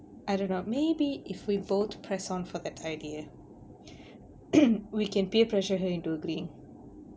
I dunno maybe if we both press on for that idea we can peer pressure her into agreeing